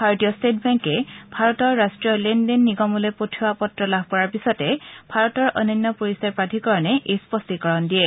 ভাৰতীয় টেট বেংকে ভাৰতৰ ৰাষ্ট্ৰীয় লেন দেন পৰিযদলৈ পঠোৱা পত্ৰ লাভ কৰাৰ পিছতে ভাৰতৰ অনন্য পৰিচয় প্ৰাধিকৰণে এই স্পষ্টীকৰণ দিয়ে